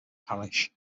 parish